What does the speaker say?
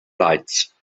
lights